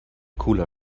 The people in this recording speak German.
cooler